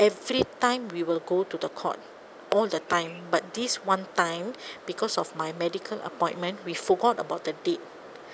every time we will go to the court all the time but this one time because of my medical appointment we forgot about the date